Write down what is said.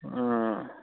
ᱚᱸ